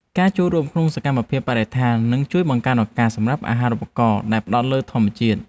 ការចូលរួមក្នុងសកម្មភាពការពារបរិស្ថាននឹងជួយបង្កើនឱកាសសម្រាប់អាហារូបករណ៍ដែលផ្តោតលើធម្មជាតិ។